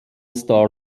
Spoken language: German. star